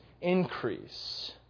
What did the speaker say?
increase